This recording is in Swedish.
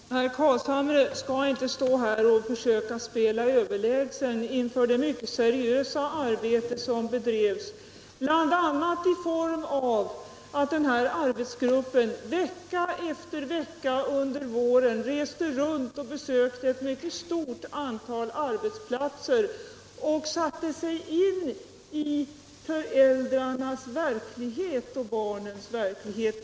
Herr talman! Herr Carlshamre skall inte stå här och spela överlägsen inför det mycket seriösa arbete som bedrevs bl.a. i form av att arbetsgruppen vecka efter vecka under våren reste runt och besökte ett mycket stort antal arbetsplatser och satte sig in i föräldrarnas och barnens verklighet.